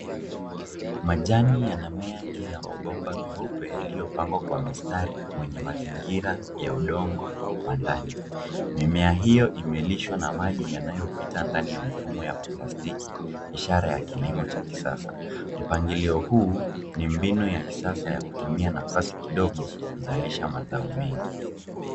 Majani yanamea juu ya mabomba meupe yaliyopangwa kwenye mstari wenye mazingira ya udongo wa ndani. Mimea hiyo imelishwa na maji yanayopita ndani ya mifumo ya plastiki, ishara ya kilimo cha kisasa. Mpangilio huu ni mbinu ya kisasa ya kutumia nafasi kidogo kuzalisha mazao mengi.